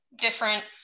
different